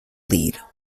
lead